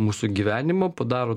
mūsų gyvenimą padaro